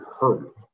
hurt